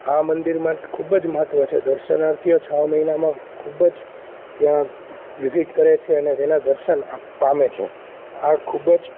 આ મંદિરમાં ખૂબ જ મહત્વ છે દર્શનાર્થીઓ છ મહિનામાં ખૂબ જ ત્યા વિઝીટ કરે છે અને તેના દર્શન પામે છે આ ખૂબ જ